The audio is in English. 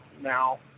now